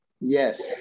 Yes